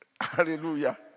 Hallelujah